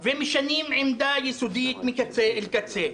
ומשנים עמדה יסודית מקצה לקצה.